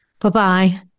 Bye-bye